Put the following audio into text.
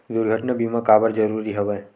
दुर्घटना बीमा काबर जरूरी हवय?